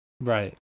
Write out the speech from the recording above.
right